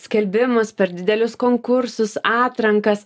skelbimus per didelius konkursus atrankas